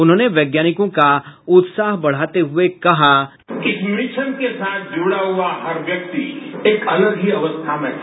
उन्होंने वैज्ञानिकों का उत्साह बढ़ाते हुये कहा कि बाईट इस मिशन के साथ जुड़ा हुआ हर व्यक्ति एक अलग ही अवस्था में था